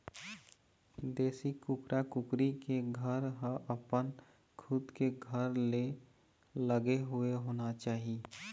देशी कुकरा कुकरी के घर ह अपन खुद के घर ले लगे हुए होना चाही